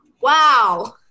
Wow